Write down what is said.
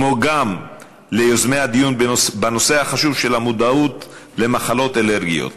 כמו גם ליוזמי הדיון בנושא החשוב של המודעות למחלות אלרגיות,